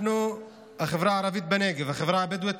אנחנו, החברה הערבית בנגב, החברה הבדואית,